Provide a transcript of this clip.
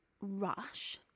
rush